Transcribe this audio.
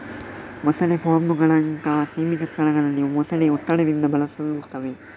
ಮೊಸಳೆ ಫಾರ್ಮುಗಳಂತಹ ಸೀಮಿತ ಸ್ಥಳಗಳಲ್ಲಿ ಮೊಸಳೆಗಳು ಒತ್ತಡದಿಂದ ಬಳಲುತ್ತವೆ